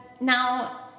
Now